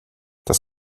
das